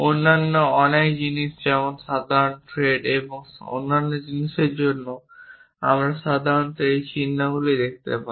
অন্যান্য অনেক জিনিস যেমন সাধারণত থ্রেড এবং অন্যান্য জিনিসের জন্য আমরা সাধারণত এই চিহ্নগুলি দেখতে পাই